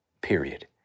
period